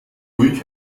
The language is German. ruhig